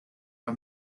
our